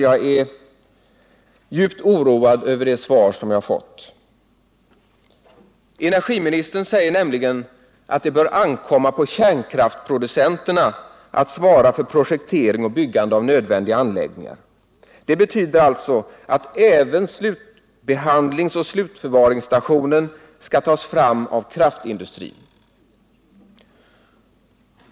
Jag är djupt oroad över det svar jag har fått på en punkt. Energiministern säger nämligen att det bör ankomma på kärnkraftsproducenterna att svara för projektering och byggande av nödvändiga anläggningar. Det betyder att även slutbehandlingsoch slutförvaringsstationen skall tas fram av kraftindustrin.